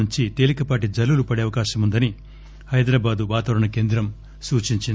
నుంచి తేలికపాటి జల్లులు పడే అవకాశం ఉందని హైదరాబాద్ వాతావరణ కేంద్రం సూచించింది